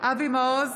אבי מעוז,